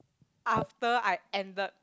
after I ended